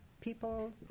people